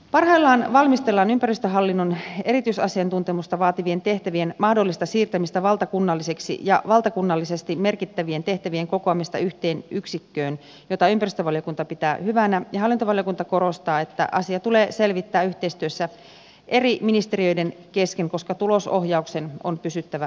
parhaillaan valmistellaan ympäristöhallinnon erityisasiantuntemusta vaativien tehtävien mahdollista siirtämistä valtakunnallisiksi ja valtakunnallisesti merkittävien tehtävien kokoamista yhteen yksikköön mitä ympäristövaliokunta pitää hyvänä ja hallintovaliokunta korostaa että asia tulee selvittää yhteistyössä eri ministeriöiden kesken koska tulosohjauksen on pysyttävä selkeänä